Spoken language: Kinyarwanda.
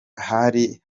ari